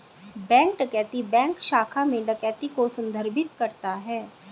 bank डकैती bank शाखा में डकैती को संदर्भित करता है